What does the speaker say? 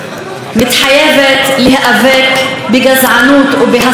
מתחייבת להיאבק בגזענות ובהסתה.